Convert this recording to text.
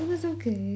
it was okay